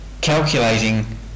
calculating